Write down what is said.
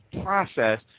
process